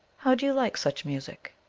how do you like such music?